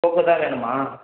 Poco தான் வேணுமா